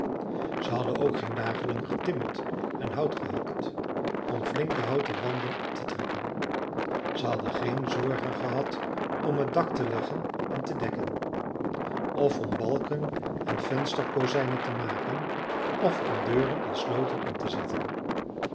ze hadden ook geen dagenlang getimmerd en hout gehakt om flinke houten wanden op te trekken ze hadden geen zorgen gehad om t dak te leggen en te dekken of om balken en vensterkozijnen te maken of om deuren en sloten in te zetten